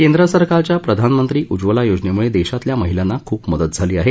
केंद्र सरकारच्या प्रधानमंत्री उज्वला योजनेमुळे देशातल्या महिलांना खूप मदत झाली आहे